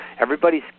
everybody's